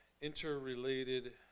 interrelated